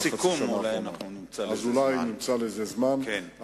בסיכום אולי נמצא לזה זמן.